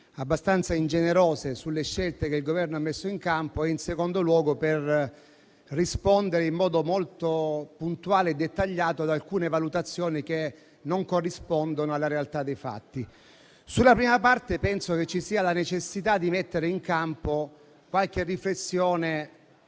abbastanza ingenerose sulle scelte che il Governo ha messo in campo, e una per rispondere in modo molto puntuale e dettagliato ad alcune valutazioni che non corrispondono alla realtà dei fatti. Sulla prima parte, penso che ci sia la necessità di mettere in campo qualche riflessione